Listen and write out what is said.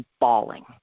bawling